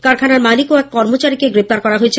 কারখানার মালিক ও এক কর্মচারীকে গ্রেপ্তার করা হয়েছে